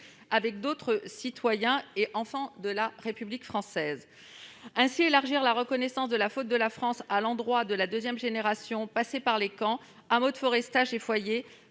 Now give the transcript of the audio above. aux autres citoyens et enfants de la République. Élargir la reconnaissance de la faute de la France à l'endroit de la deuxième génération, passée par les camps, hameaux de forestage et foyers,